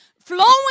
flowing